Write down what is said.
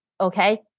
Okay